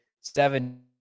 seven